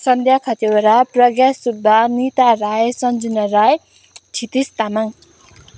Sandhya Khatiwada Pragya Subba Nita Rai Sanjana Rai Kshitij Tamang